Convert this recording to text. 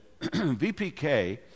VPK